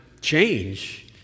change